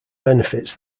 benefits